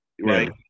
right